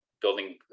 building